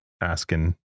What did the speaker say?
asking